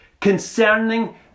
concerning